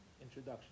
introduction